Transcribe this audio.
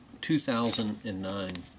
2009